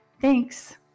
Thanks